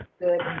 good